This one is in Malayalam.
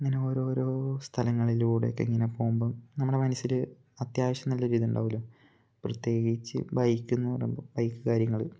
ഇങ്ങനെ ഓരോരോ സ്ഥലങ്ങളിലൂടെക്കെ ഇങ്ങനെ പോകുമ്പം നമ്മുടെ മനസ്സിൽ അത്യാവശ്യം നല്ല ഒരു ഇതുണ്ടാവൂല്ലോ പ്രത്യേകിച്ച് ബൈക്ക്ന്ന് പറയുമ്പോൾ ബൈക്ക് കാര്യങ്ങൾ